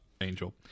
angel